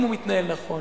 אם הוא מתנהל נכון,